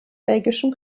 belgischen